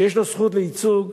שיש לו זכות ייצוג,